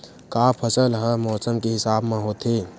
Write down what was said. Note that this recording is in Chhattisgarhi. का फसल ह मौसम के हिसाब म होथे?